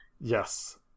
Yes